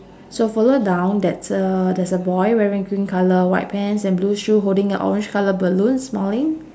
so follow down that's a there's a boy wearing green colour white pants and blue shoe holding a orange colour balloon smiling